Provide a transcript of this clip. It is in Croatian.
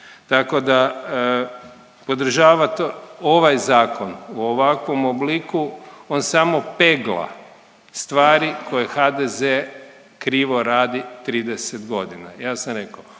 Tako da podržavat ovaj zakon u ovakvom obliku on samo pegla stvari koje HDZ krivo radi 30 godina. Ja sam reko